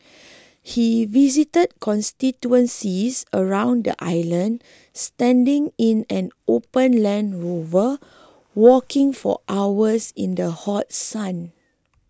he visited constituencies around the island standing in an open Land Rover walking for hours in the hot sun